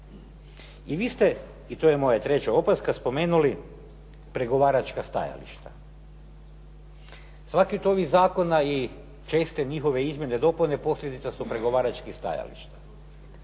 I vi ste, i to je moja treća opaska, spomenuli pregovaračka stajališta. Svaki od ovih zakona i česte njihove izmjene i dopune posljedica su pregovaračkih stajališta.